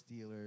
Steelers